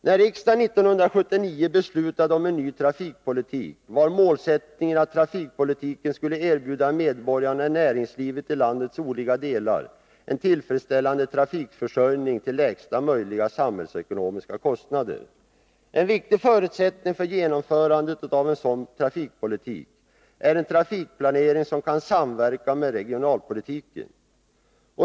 När riksdagen 1979 beslutade om en ny trafikpolitik var målsättningen att trafikpolitiken skulle erbjuda medborgarna och näringslivet i landets olika delar en tillfredsställande trafikförsörjning till lägsta möjliga samhällsekonomiska kostnader. En viktig förutsättning för genomförandet av en sådan trafikpolitik är en trafikplanering som kan samverka med regionalpolitiken.